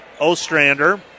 Ostrander